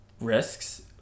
risks